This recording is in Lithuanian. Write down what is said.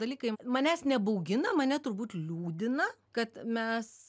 dalykai manęs nebaugina mane turbūt liūdina kad mes